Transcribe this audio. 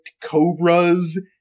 cobras